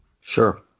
Sure